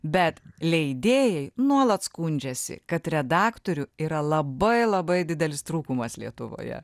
bet leidėjai nuolat skundžiasi kad redaktorių yra labai labai didelis trūkumas lietuvoje